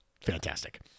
fantastic